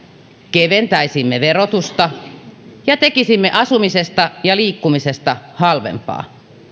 keventäisimme verotusta ja tekisimme asumisesta ja liikkumisesta halvempaa